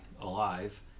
alive